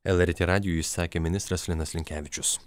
lrt radijui sakė ministras linas linkevičius